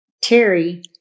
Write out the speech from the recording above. Terry